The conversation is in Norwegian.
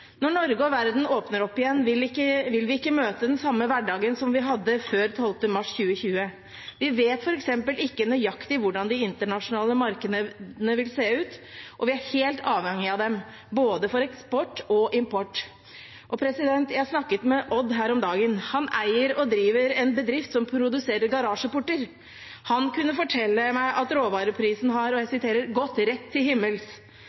Når Norge og verden åpner opp igjen, vil vi ikke møte den samme hverdagen som vi hadde før 12. mars 2020. Vi vet f.eks. ikke nøyaktig hvordan de internasjonale markedene vil se ut, og vi er helt avhengig av dem – for både eksport og import. Jeg snakket med Odd her om dagen. Han eier og driver en bedrift som produserer garasjeporter. Han kunne fortelle meg at råvareprisen har gått rett til himmels.